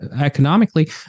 economically